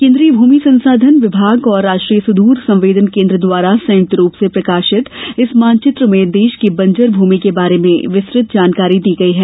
केन्द्रीय भूमि संसाधन विभाग और राष्ट्रीय सुदूर संवेदन केन्द्र द्वारा संयुक्त रूप से प्रकाशित इस मानचित्र में देश की बंजर भूमि के बारे में विस्तृत जानकारी दी गई है